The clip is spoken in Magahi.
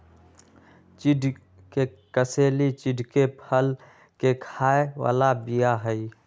चिढ़ के कसेली चिढ़के फल के खाय बला बीया हई